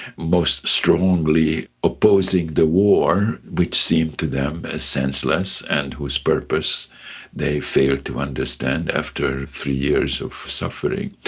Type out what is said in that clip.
most strongly opposing the war which seemed to them as senseless and whose purpose they failed to understand after three years of suffering.